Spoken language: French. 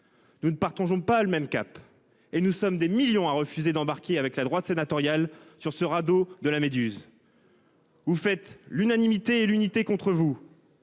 Nous ne partageons pas le même cap. Et nous sommes des millions à refuser d'embarquer avec la droite sénatoriale sur ce radeau de la méduse. Vous faites l'unanimité et l'unité contre vous.